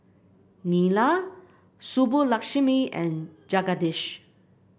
Neila Subbulakshmi and Jagadish